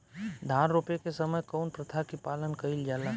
धान रोपे के समय कउन प्रथा की पालन कइल जाला?